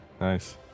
Nice